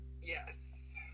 Yes